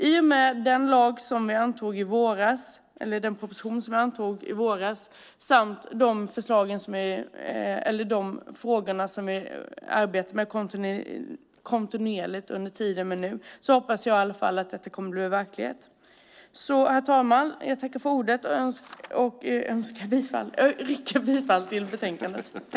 I och med den proposition som vi antog i våras samt de frågor som vi arbetar med kontinuerligt hoppas jag i alla fall att detta kommer att bli verklighet. Herr talman! Jag tackar för ordet och yrkar bifall till förslaget i betänkandet.